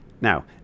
Now